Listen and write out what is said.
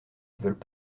veulent